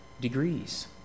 Degrees